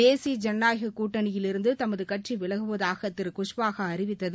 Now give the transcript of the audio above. தேசிய ஜனநாயகக் கூட்டணியிலிருந்து தமது கட்சி விலகுவதாக திரு குஷ்வாகா அறிவித்தது